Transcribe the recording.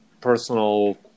personal